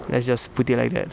let's just put it like that